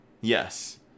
Yes